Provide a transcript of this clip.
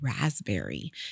raspberry